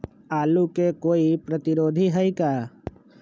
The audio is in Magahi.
आलू के कोई प्रतिरोधी है का?